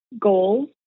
goals